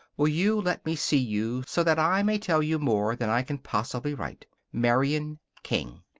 will you let me see you so that i may tell you more than i can possibly write? marian king